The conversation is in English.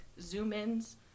zoom-ins